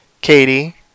Katie